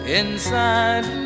inside